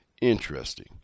Interesting